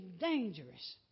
dangerous